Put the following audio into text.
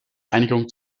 einigung